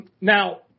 Now